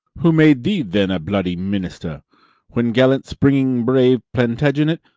who made thee, then, a bloody minister when gallant-springing brave plantagenet,